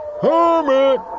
Hermit